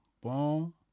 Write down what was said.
boom